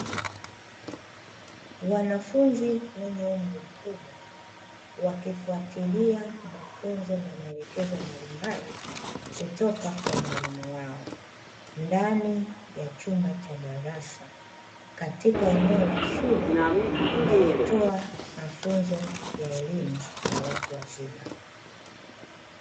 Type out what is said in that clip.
Wanafunzi wenye umri mkubwa wakifuatilia mafunzo na maelekezo mbalimbali kutoka kwa mwalimu wao ndani ya chumba cha darasa katika eneo la shule inayotoa mafunzo ya elimu ya watu wazima.